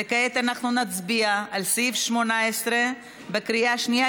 וכעת אנחנו נצביע על סעיף 18 בקריאה שנייה,